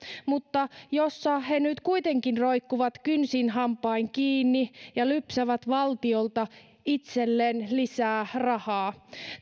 jossa he nyt kuitenkin roikkuvat kynsin hampain kiinni ja lypsävät valtiolta itselleen lisää rahaa